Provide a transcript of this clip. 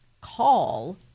call